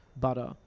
butter